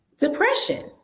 Depression